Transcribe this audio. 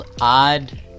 odd